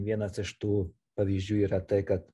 vienas iš tų pavyzdžių yra tai kad